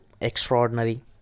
extraordinary